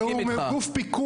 אז לא היו חוקים.